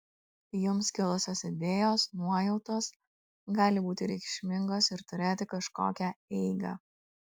jums kilusios idėjos nuojautos gali būti reikšmingos ir turėti kažkokią eigą